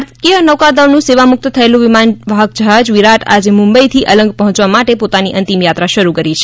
ભારતીય નૌકાદળનું સેવા મુકત થયેલુ વિમાન વાહક જહાજ વિરાટ આજે મુંબઇથી અલંગ પહોંચવા માટે પોતાની અંતીમ યાત્રા શરૂ કરી છે